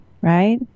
right